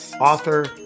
author